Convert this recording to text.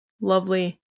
lovely